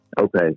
Okay